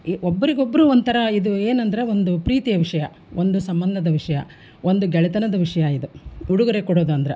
ಒಬ್ರಿಗೊಬ್ಬರು ಒಂಥರ ಇದು ಏನಂದರೆ ಒಂದು ಪ್ರೀತಿಯ ವಿಷಯ ಒಂದು ಸಂಬಂಧದ ವಿಷಯ ಒಂದು ಗೆಳೆತನದ ವಿಷಯ ಇದು ಉಡುಗೊರೆ ಕೊಡೋದು ಅಂದ್ರೆ